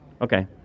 okay